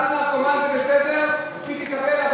בעל נרקומן זה בסדר, היא תקבל.